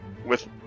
With-